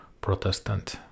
protestant